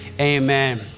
amen